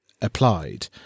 applied